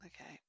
Okay